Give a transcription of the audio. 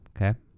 Okay